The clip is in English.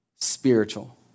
Spiritual